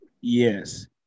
Yes